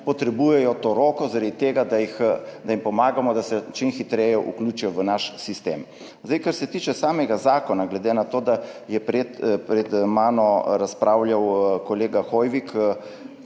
potrebujejo to roko, zaradi tega da jim pomagamo, da se čim hitreje vključijo v naš sistem. Kar se tiče samega zakona. Glede na to, da je pred mano razpravljal kolega Hoivik,